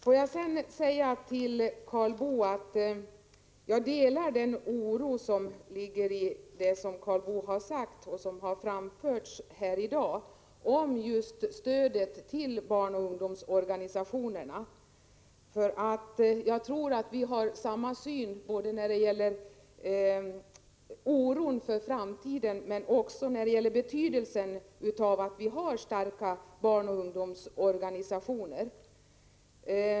Låt mig sedan till Karl Boo säga att jag delar den oro som har framförts här i dag och som har framskymtat i det som Karl Boo har sagt när det gäller just stödet till barnoch ungdomsorganisationerna. Jag tror att vi har samma syn när det gäller oron för framtiden men också när det gäller betydelsen av att vi har starka barnoch ungdomsorganisationer.